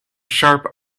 sharp